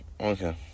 Okay